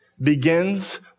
begins